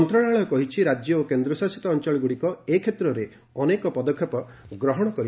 ମନ୍ତ୍ରଣାଳୟ କହିଛି ରାଜ୍ୟ ଓ କେନ୍ଦ୍ର ଶାସିତ ଅଞ୍ଚଳଗୁଡ଼ିକ ଏ କ୍ଷେତ୍ରରେ ଅନେକ ପଦକ୍ଷେପ ଗ୍ରହଣ କରିଛନ୍ତି